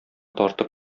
тартып